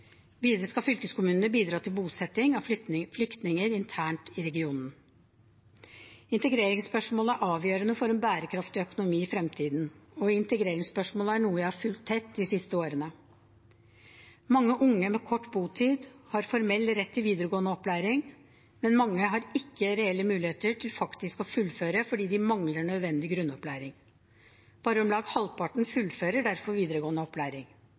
Videre skal fylkeskommunene bidra til bosetting av flyktninger internt i regionen. Integreringsspørsmålet er avgjørende for en bærekraftig økonomi i fremtiden, og integreringsspørsmålet er noe jeg har fulgt tett de siste årene. Mange unge med kort botid har formell rett til videregående opplæring, men mange har ikke reelle muligheter til faktisk å fullføre, fordi de mangler nødvendig grunnopplæring. Bare om lag halvparten fullfører derfor videregående opplæring.